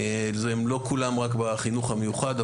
לא כולם רק בחינוך המיוחד,